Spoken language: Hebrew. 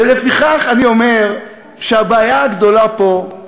ולפיכך אני אומר שהבעיה הגדולה פה,